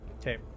Okay